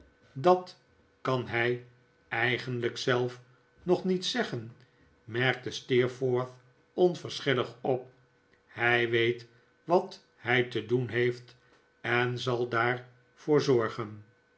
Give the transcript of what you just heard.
dat kan hij eigenlijk zelf nog niet zeggen merkte steerforth onverschillig op hij weet wat hij te doen heeft en zal daarvoor zorgen